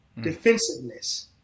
defensiveness